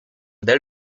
del